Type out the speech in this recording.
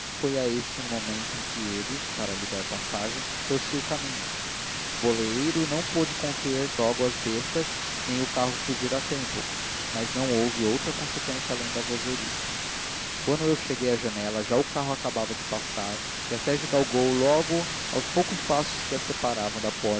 foi a este no momento em que ele para lhe dar passagem torcia o caminho o boleeiro não pôde conter logo as bestas nem o carro fugir a tempo mas não houve outra conseqüência além da vozeria quando eu cheguei à janela já o carro acabava de passar e a sege galgou logo os poucos passos que a separavam da